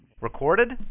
Recorded